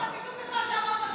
אמרת בדיוק את מה שאמרת שלשום,